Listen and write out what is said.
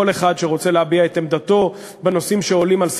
כל אחד שרוצה להביע את עמדתו בנושאים שעולים על סדר-היום,